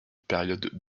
période